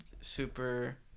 super